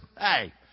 hey